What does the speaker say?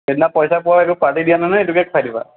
সেইদিনা পইচা পোৱাৰ একো পাৰ্টি দিয়া নাই নহয় এইটোকে খোৱাই দিবা